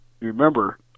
Remember